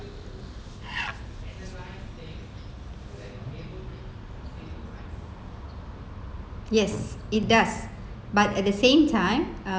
yes it does but at the same time uh